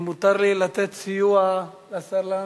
אם מותר לי לתת סיוע לשר לנדאו.